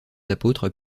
apôtres